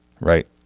right